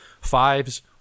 Fives